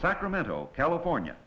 sacramento california